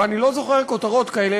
ואני לא זוכר כותרות כאלה,